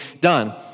done